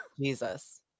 Jesus